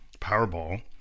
Powerball